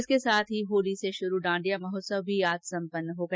इसके साथ ही होली से शुरू डांडिया महोत्सव का आज समापन हो गया